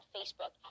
Facebook